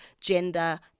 gender